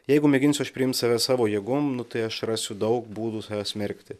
jeigu mėginsiu aš priimt save savo jėgom nu tai aš rasiu daug būdų save smerkti